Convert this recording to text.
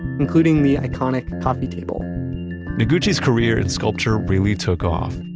including the iconic coffee table noguchi's career in sculpture really took off,